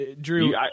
Drew